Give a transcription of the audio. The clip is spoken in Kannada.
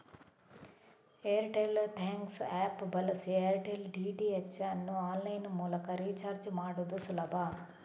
ಏರ್ಟೆಲ್ ಥ್ಯಾಂಕ್ಸ್ ಆಪ್ ಬಳಸಿ ಏರ್ಟೆಲ್ ಡಿ.ಟಿ.ಎಚ್ ಅನ್ನು ಆನ್ಲೈನ್ ಮೂಲಕ ರೀಚಾರ್ಜ್ ಮಾಡುದು ಸುಲಭ